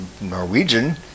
Norwegian